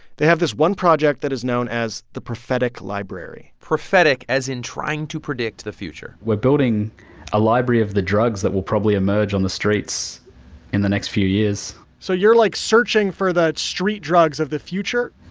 they have this one project that is known as the prophetic library prophetic, as in trying to predict the future we're building a library of the drugs that will probably emerge on the streets in the next few years so you're, like, searching for the street drugs of the future?